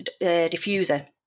diffuser